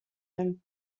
him